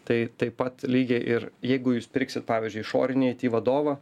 tai taip pat lygiai ir jeigu jūs pirksit pavyzdžiui išorinį aiti vadovą